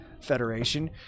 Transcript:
Federation